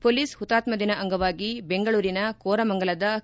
police ಹುತಾತ್ವದಿನ ಅಂಗವಾಗಿ ಬೆಂಗಳೂರಿನ ಕೋರಮಂಗಲದ ಕೆ